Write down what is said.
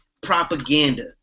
propaganda